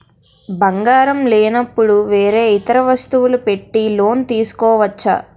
బంగారం లేనపుడు వేరే ఇతర వస్తువులు పెట్టి లోన్ తీసుకోవచ్చా?